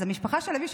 אז המשפחה של אבי,